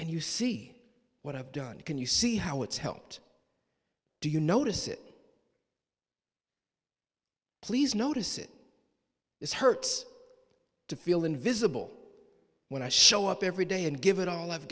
work and you see what i've done can you see how it's helped do you notice it please notice it is hurts to feel invisible when i show up every day and give it all i've